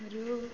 ഒരു